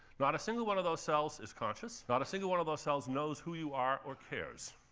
not a single one of those cells is conscious not a single one of those cells knows who you are, or cares.